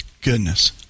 goodness